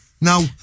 Now